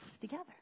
together